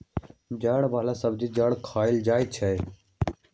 जड़ वाला सब्जी के जड़ खाएल जाई छई